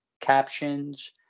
captions